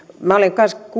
minä olen